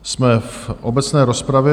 Jsme v obecné rozpravě.